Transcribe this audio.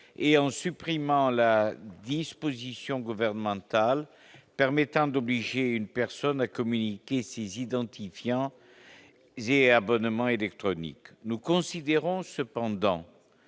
et en supprimant la disposition gouvernementale permettant d'obliger une personne n'a communiqué 6 identifiant et abonnement électronique nous considérons cependant